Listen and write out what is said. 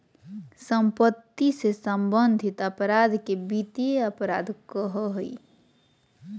सम्पत्ति से सम्बन्धित अपराध के वित्तीय अपराध कहइ हइ